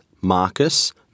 Marcus